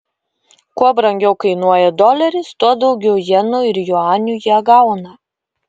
kuo brangiau kainuoja doleris tuo daugiau jenų ir juanių jie gauna